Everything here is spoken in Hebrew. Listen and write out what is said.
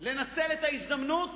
לנצל את ההזדמנות